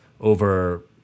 over